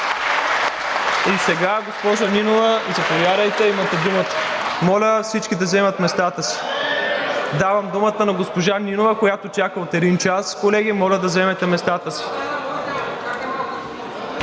Госпожо Нинова, заповядайте – имате думата. Моля, всички да заемат местата си. Давам думата на госпожа Нинова, която чака от един час. Колеги, моля да заемете местата си.